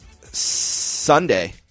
Sunday